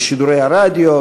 בשידורי הרדיו,